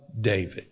David